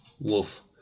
Wolf